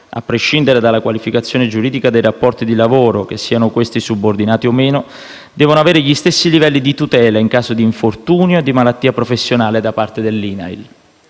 a prescindere dalla qualificazione giuridica dei rapporti di lavoro, che siano questi subordinati o meno, devono avere gli stessi livelli di tutela in caso di infortunio e di malattia professionale da parte dell'INAIL.